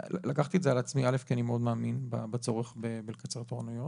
לקחתי את זה על עצמי א' כי אני מאוד מאמין בצורך לקצר תורנויות.